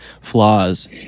flaws